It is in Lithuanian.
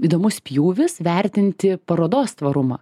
įdomus pjūvis vertinti parodos tvarumą